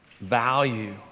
value